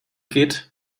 geht